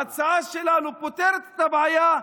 ההצעה שלנו פותרת את הבעיה,